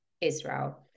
Israel